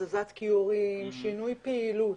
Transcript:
הזזת כיורים, שינוי פעילות.